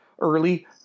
early